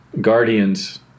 guardians